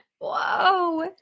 Whoa